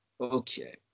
okay